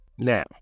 Now